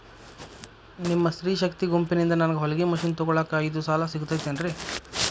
ನಿಮ್ಮ ಸ್ತ್ರೇ ಶಕ್ತಿ ಗುಂಪಿನಿಂದ ನನಗ ಹೊಲಗಿ ಮಷೇನ್ ತೊಗೋಳಾಕ್ ಐದು ಸಾಲ ಸಿಗತೈತೇನ್ರಿ?